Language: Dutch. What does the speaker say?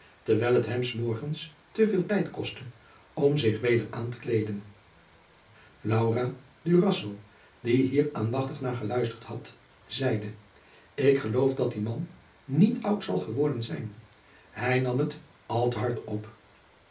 dewijl het hem s morgens te veel tijd kostte om zich weder aan te kleeden laura durazzo die hier aandachtig na geluisterd had zeide ik geloof dat die adriaan loosjes pzn het leven van maurits lijnslager man niet oud zal geworden zijn hij nam het al te hard op